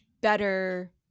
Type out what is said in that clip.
better